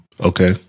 Okay